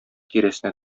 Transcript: тирәсенә